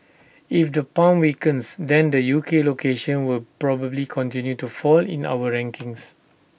if the pound weakens then the U K locations will probably continue to fall in our rankings